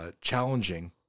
challenging